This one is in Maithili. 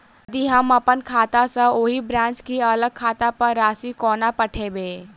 यदि हम अप्पन खाता सँ ओही ब्रांच केँ अलग खाता पर राशि कोना पठेबै?